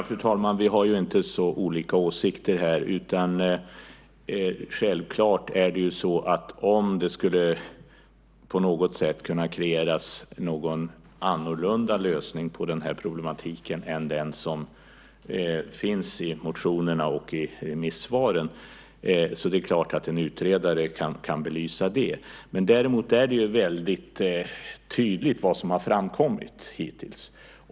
Fru talman! Vi har inte så olika åsikter här. Om det på något sätt skulle kunna kreeras en annorlunda lösning på det här problemet än den som finns i motionerna och i remissvaren är det självklart att en utredare kan belysa det. Däremot är det väldigt tydligt vad som har framkommit hittills.